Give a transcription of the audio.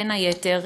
בין היתר,